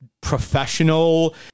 professional